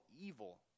evil